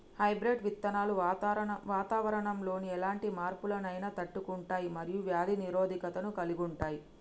hybrid విత్తనాలు వాతావరణంలోని ఎలాంటి మార్పులనైనా తట్టుకుంటయ్ మరియు వ్యాధి నిరోధకతను కలిగుంటయ్